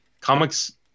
comics